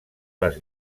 les